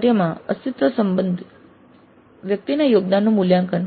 જૂથ કાર્યમાં વ્યક્તિના યોગદાનનું મૂલ્યાંકન